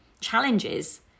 Challenges